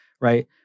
right